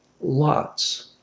lots